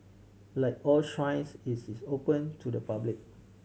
like all shrines is is open to the public